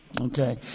Okay